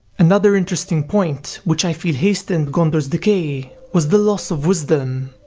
another interesting point which i feel hastened gondor's decay, was the loss of wisdom.